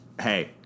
hey